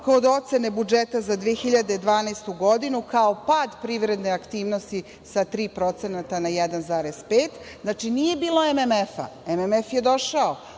kod ocene budžeta za 2012. godinu kao pad privredne aktivnosti sa 3% na 1,5%.Znači, nije bilo MMF-a, MMF je došao,